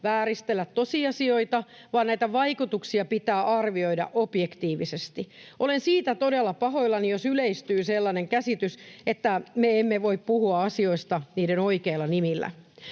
vääristellä tosiasioita, vaan näitä vaikutuksia pitää arvioida objektiivisesti. Olen siitä todella pahoillani, jos yleistyy sellainen käsitys, että me emme voi puhua asioista niiden oikeilla nimillä.